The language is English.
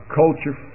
culture